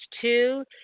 Two